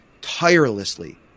tirelessly